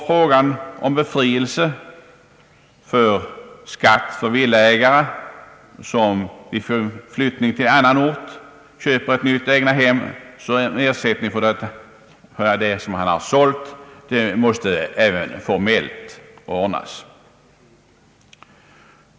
Frågan om befrielse från skatt för villaägare som vid flyttning till annan ort köper ett nytt egnahem som ersättning för det som han har sålt, måste även formellt ordnas.